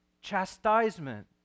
Chastisement